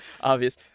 obvious